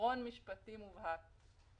עיקרון משפטי מובהק.